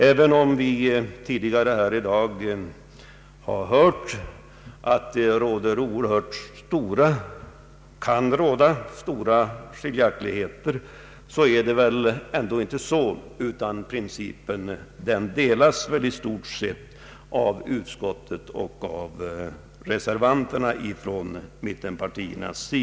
Även om vi tidigare här i dag har hört att det kan råda stora skiljaktigheter är den principiella inställningen i stort sett densamma hos utskottets majoritet och reservanterna från mittenpartierna.